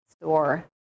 store